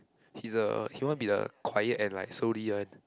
he's a he want to be the quiet and like slowly one